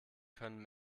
können